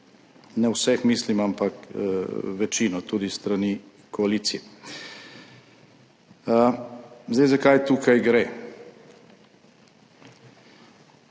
Ne vseh, mislim, ampak večino tudi s strani koalicije. Zdaj, za kaj tukaj gre.